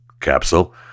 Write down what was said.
capsule